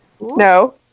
No